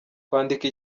kwandika